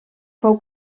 fou